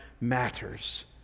matters